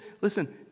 listen